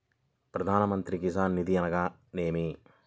ప్రధాన మంత్రి కిసాన్ నిధి అనగా నేమి?